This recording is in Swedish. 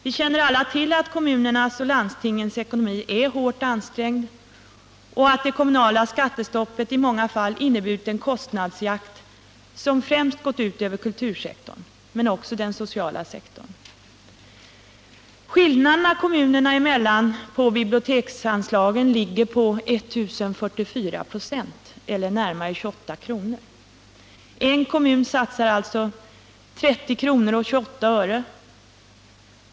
Vi känner alla till att kommunernas och landstingens ekonomi är hårt ansträngd och att det kommunala skattestoppet i många fall har inneburit en kostnadsjakt, som främst gått ut över kultursektorn men också över den sociala sektorn. Skillnaderna mellan kommunerna i fråga om biblioteksanslagen ligger på 1060 96 eller närmare 28 kr. En kommun satsar alltså 30:28 kr.